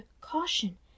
caution